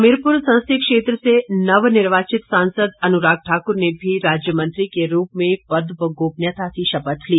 हमीरपुर संसदीय क्षेत्र से नवनिर्वाचित सांसद अनुराग ठाकुर ने भी राज्य मंत्री के रूप में पद व गोपनीयता की शपथ ली